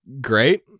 Great